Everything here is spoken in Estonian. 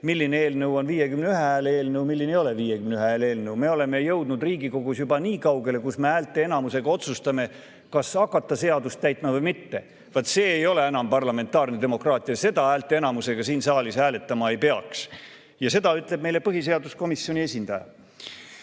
milline eelnõu on 51 hääle eelnõu, milline ei ole 51 hääle eelnõu. Me oleme jõudnud Riigikogus juba nii kaugele, kus me häälteenamusega otsustame, kas hakata seadust täitma või mitte. Vot see ei ole enam parlamentaarne demokraatia. Seda häälteenamusega siin saalis hääletama ei peaks. Ja seda ütleb meile põhiseaduskomisjoni esindaja.